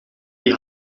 die